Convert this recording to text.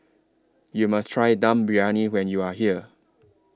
YOU must Try Dum Briyani when YOU Are here